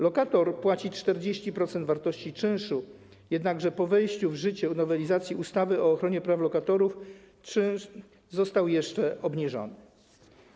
Lokator płaci 40% wartości czynszu, natomiast po wejściu w życie nowelizacji ustawy o ochronie praw lokatorów czynsz został jeszcze obniżony.